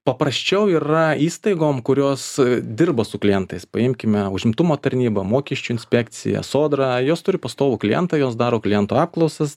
paprasčiau yra įstaigom kurios dirba su klientais paimkime užimtumo tarnybą mokesčių inspekciją sodrą jos turi pastovų klientą jos daro klientų apklausas